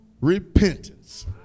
repentance